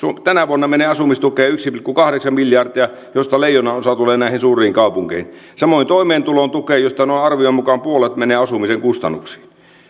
tänä vuonna menee asumistukeen yksi pilkku kahdeksan miljardia mistä leijonanosa tulee näihin suuriin kaupunkeihin samoin toimeentulotukeen josta arvion mukaan noin puolet menee asumisen kustannuksiin